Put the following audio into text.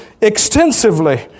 extensively